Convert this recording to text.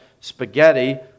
spaghetti